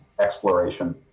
exploration